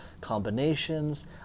combinations